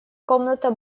комната